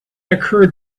occurred